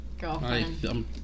Girlfriend